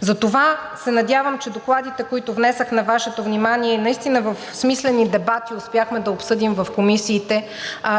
затова се надявам, че докладите, които внесох на Вашето внимание, и наистина в смислени дебати успяхме да обсъдим в комисиите,